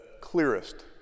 clearest